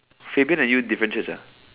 Fei-Bing and you different Church